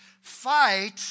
fight